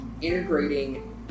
integrating